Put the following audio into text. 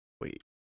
Wait